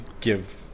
give